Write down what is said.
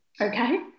Okay